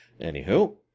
Anywho